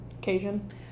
Cajun